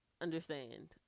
understand